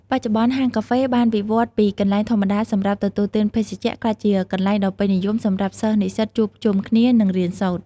បច្ចុប្បន្ន ហាងកាហ្វេបានវិវត្តន៍ពីកន្លែងធម្មតាសម្រាប់ទទួលទានភេសជ្ជៈ ក្លាយជាកន្លែងដ៏ពេញនិយមសម្រាប់សិស្សនិស្សិតជួបជុំគ្នា និងរៀនសូត្រ។